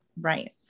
Right